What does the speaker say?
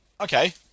Okay